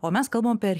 o mes kalbam per